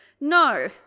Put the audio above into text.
No